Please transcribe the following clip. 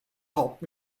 hop